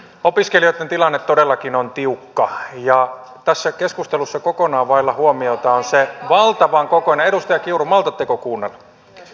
opiskelijoitten tilanne todellakin on tiukka ja tässä keskustelussa kokonaan vailla huomiota on se valtavan kokoinen edustaja kiuru maltatteko kuunnella